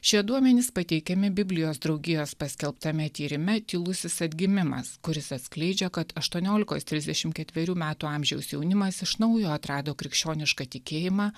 šie duomenys pateikiami biblijos draugijos paskelbtame tyrime tylusis atgimimas kuris atskleidžia kad aštuoniolikos trisdešim ketverių metų amžiaus jaunimas iš naujo atrado krikščionišką tikėjimą